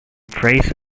phrase